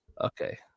Okay